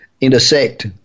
intersect